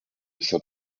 saint